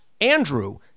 Andrew